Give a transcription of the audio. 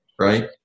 right